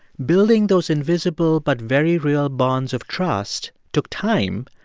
building those invisible but very real bonds of trust took time,